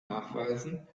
nachweisen